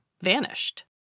vanished